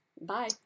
Bye